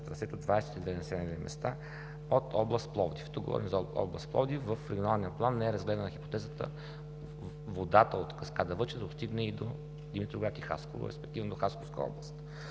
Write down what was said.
и две населени места от област Пловдив. Тук говорим за област Пловдив. В регионалния план не е разгледана хипотезата водата от каскада „Въча“ да достигне и до Димитровград и Хасково, респективно до Хасковска област.